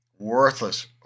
worthless